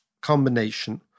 combination